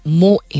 more